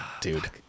Dude